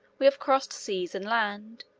we have crossed seas and land.